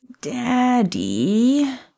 Daddy